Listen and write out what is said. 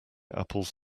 apples